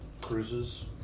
cruises